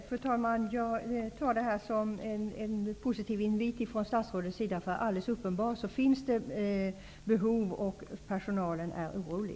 Fru talman! Jag tar det här som en positiv invit från statsrådets sida. Alldeles uppenbart finns det behov av lagstiftning, och personalen är orolig.